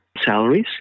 salaries